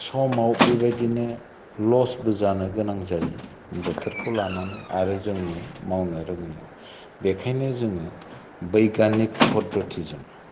समाव बिबायदिनो लस बो जानो गोनां जायो बोथोरखौ लानानै आरो जोंनि मावनो रोङियाव बेखायनो जोङो बैग्यानिक पद्धथिजों